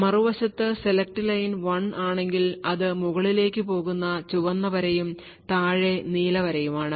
മറുവശത്ത് select line 1 ആണെങ്കിൽ അത് മുകളിലേക്ക് പോകുന്ന ചുവന്ന വരയും താഴെ നീല വരയുമാണ്